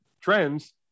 trends